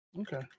Okay